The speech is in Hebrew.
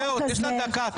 יש לנו עוד דקה.